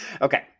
Okay